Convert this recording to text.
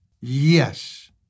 Yes